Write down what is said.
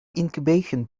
incubation